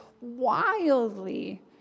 wildly